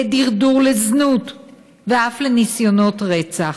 לדרדור לזנות ואף לניסיונות רצח.